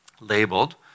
labeled